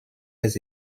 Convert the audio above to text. les